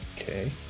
okay